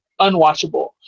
unwatchable